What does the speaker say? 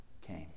came